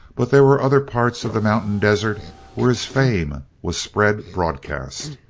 but there were other parts of the mountain-desert where his fame was spread broadcast.